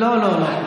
לא לא לא.